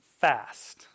fast